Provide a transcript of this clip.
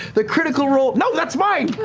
the critical role no, that's mine!